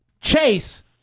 Chase